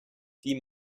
die